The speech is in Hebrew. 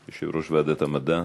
יושב-ראש ועדת המדע.